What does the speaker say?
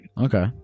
Okay